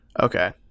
Okay